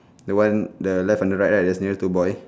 the one the left and the right right nearer to boy